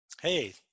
Hey